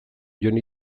jon